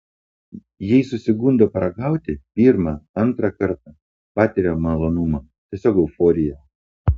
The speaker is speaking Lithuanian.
jei susigundo paragauti pirmą antrą kartą patiria malonumą tiesiog euforiją